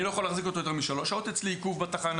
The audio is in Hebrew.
אני לא יכול להחזיק אותו יותר משלוש שעות עיכוב אצלי בתחנה.